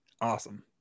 Awesome